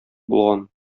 булган